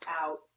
out